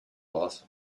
boss